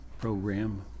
Program